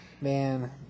Man